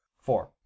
Four